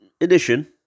edition